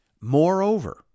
moreover